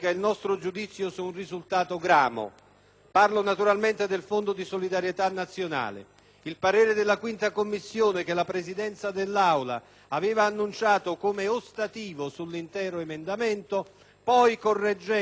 Parlo naturalmente del Fondo di solidarietà nazionale: il parere della 5a Commissione, che la Presidenza dell'Assemblea aveva annunciato come ostativo sull'intero emendamento, è stato poi corretto, ma in rapporto al solo primo comma;